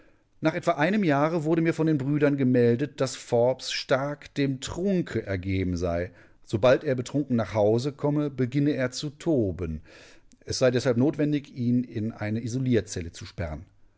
nach etwa einem jahre wurde mir von den brüdern gemeldet daß forbes stark dem trunke ergeben sei sobald er betrunken nach hause komme beginne er zu toben es sei deshalb notwendig ihn in eine isolierzelle zu sperren